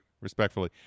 Respectfully